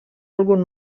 algun